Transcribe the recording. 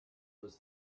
was